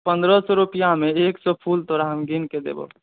पन्द्रह सए रुपआमे एक सए फूल तोरा हम गिनके देबौ